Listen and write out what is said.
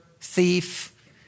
thief